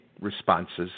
responses